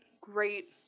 great